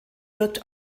wirkt